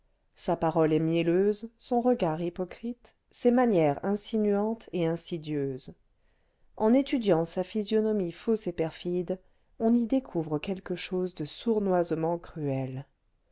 sa parole est mielleuse son regard hypocrite ses manières insinuantes et insidieuses en étudiant sa physionomie fausse et perfide on y découvre quelque chose de sournoisement cruel